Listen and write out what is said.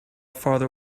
farther